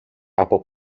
από